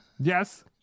Yes